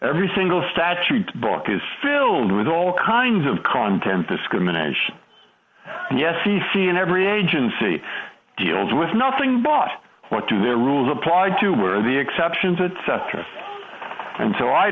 every single statute book is filled with all kinds of content discrimination yes he he and every agency deals with nothing but what do their rules applied to were the exception to test and so i